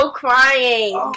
crying